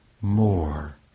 more